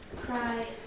cry